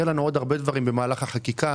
יהיו לנו עוד הרבה דברים במהלך החקיקה